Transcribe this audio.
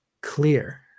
clear